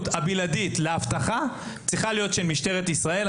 הבלעדית לאבטחה צריכה להיות של משטרת ישראל.